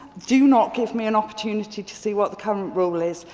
do not give me an opportunity to see what the current rule is.